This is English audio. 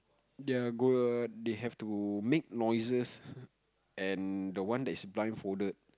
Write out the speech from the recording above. they're they have to make noises and the one that's blind folded